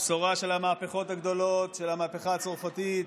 הבשורה של המהפכות הגדולות, של המהפכה הצרפתית,